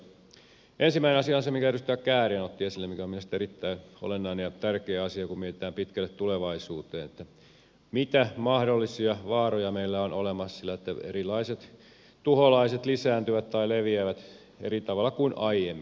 ensimmäinen asia on se minkä edustaja kääriäinen otti esille mikä on minusta erittäin olennainen ja tärkeä asia kun mietitään pitkälle tulevaisuuteen että mitä mahdollisia vaaroja meillä on olemassa sille että erilaiset tuholaiset lisääntyvät tai leviävät eri tavalla kuin aiemmin